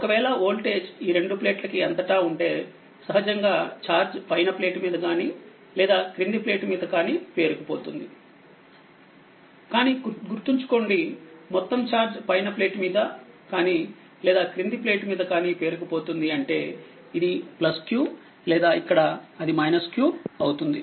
ఒకవేళ వోల్టేజ్ఈ రెండు ప్లేట్ల కి అంతటా ఉంటే సహజంగా ఛార్జ్ పైన ప్లేట్ మీద కానీ లేదా క్రింది ప్లేట్ మీద కానీ పేరుకుపోతుంది కానీ గుర్తుంచుకోండి మొత్తం ఛార్జ్ పైన ప్లేట్ మీద కానీ లేదా క్రింది ప్లేట్ మీద కానీ పేరుకుపోతుంది అంటే ఇది q లేదా ఇక్కడ అది q అవుతుంది